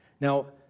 Now